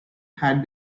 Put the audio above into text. had